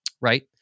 right